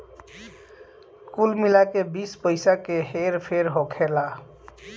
कुल मिला के बीस पइसा के हेर फेर होखेला